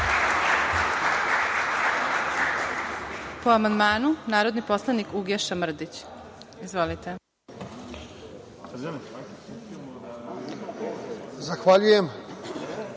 Po amandmanu, narodni poslanik Uglješa Mrdić. Izvolite. **Uglješa